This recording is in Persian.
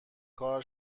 کار